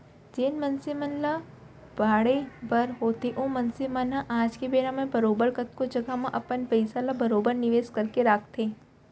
जेन मनसे मन ल बाढ़े बर होथे ओ मनसे मन ह आज के बेरा म बरोबर कतको जघा म अपन पइसा ल बरोबर निवेस करके राखथें